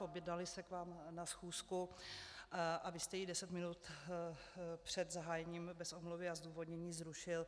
Objednali se k vám na schůzku a vy jste ji deset minut před zahájením bez omluvy a zdůvodnění zrušil.